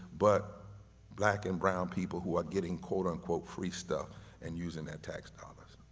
but black and brown people who are getting quote unquote free stuff and using their tax dollars.